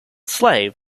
slave